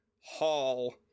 hall